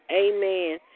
Amen